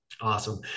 Awesome